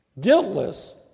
guiltless